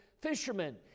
fishermen